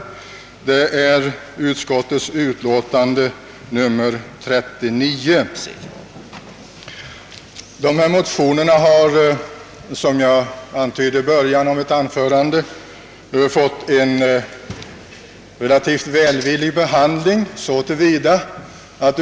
Som jag inledningsvis antydde har dessa motioner fått en relativt välvillig behandling.